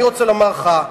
אני רוצה לומר לך,